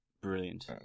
brilliant